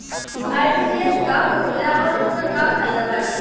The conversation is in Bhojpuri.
आर.टी.जी.एस का होखेला और ओकर का फाइदा बाटे?